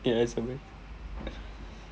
yeah